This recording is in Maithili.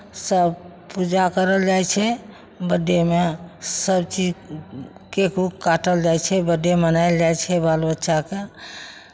सभ पूजा करल जाइ छै बड्डेमे सभचीज केक उक काटल जाइ छै बड्डे मनायल जाइ छै बाल बच्चाके